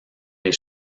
les